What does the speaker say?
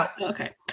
Okay